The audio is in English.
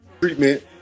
treatment